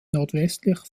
nordwestlich